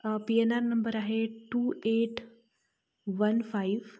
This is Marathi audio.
पी एन आर नंबर आहे टू एट वन फाईव